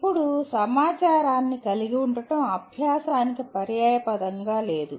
ఇప్పుడు సమాచారాన్ని కలిగి ఉండటం అభ్యాసానికి పర్యాయపదంగా లేదు